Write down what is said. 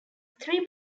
three